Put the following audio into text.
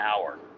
hour